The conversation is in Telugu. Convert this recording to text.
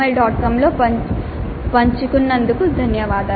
com లో పంచుకున్నందుకు ధన్యవాదాలు